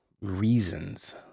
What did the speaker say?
reasons